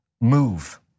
move